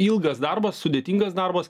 ilgas darbas sudėtingas darbas